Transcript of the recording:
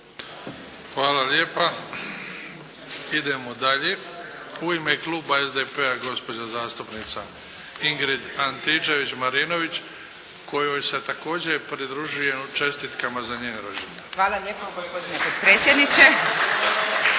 Hvala lijepa. Idemo dalje. U ime kluba SDP-a, gospođa zastupnica Ingrid Antičević Marinović kojoj se također pridružujem čestitkama za njen rođendan. **Antičević Marinović,